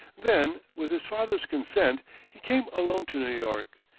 then, with his father's consent, he came alone to new york,